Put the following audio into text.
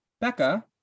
becca